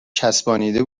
چسبانیده